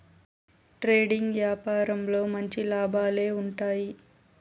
trading యాపారంలో మంచి లాభాలే ఉంటాయి